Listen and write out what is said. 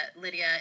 Lydia